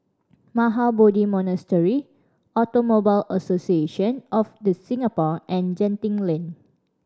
Mahabodhi Monastery Automobile Association of The Singapore and Genting Lane